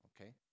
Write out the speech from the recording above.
Okay